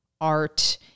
art